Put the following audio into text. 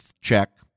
check